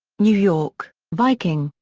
new york viking.